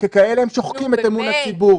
וככאלה הם שוחקים את אמון הציבור.